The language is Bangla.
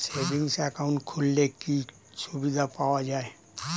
সেভিংস একাউন্ট খুললে কি সুবিধা পাওয়া যায়?